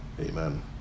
Amen